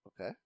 Okay